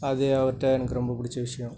அது அவர்கிட்ட எனக்கு ரொம்ப பிடிச்ச விஷயம்